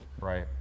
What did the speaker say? Right